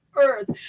earth